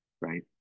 right